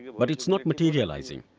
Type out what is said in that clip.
but it's not materializing,